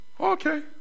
Okay